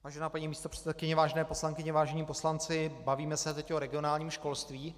Vážená paní místopředsedkyně, vážené poslankyně, vážení poslanci, bavíme se teď o regionálním školství.